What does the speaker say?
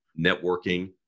networking